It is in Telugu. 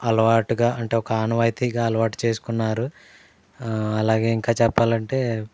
అలవాటుగా అంటే ఒక ఆనవాయితీగా అలవాటు చేసుకున్నారు అలాగే ఇంకా చెప్పాలంటే